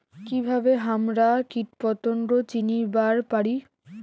কিভাবে হামরা কীটপতঙ্গ চিনিবার পারি?